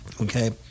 Okay